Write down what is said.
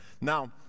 Now